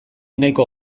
nahiko